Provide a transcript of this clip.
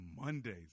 Mondays